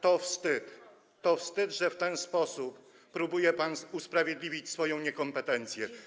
To wstyd, że w ten sposób próbuje pan usprawiedliwić swoją niekompetencję.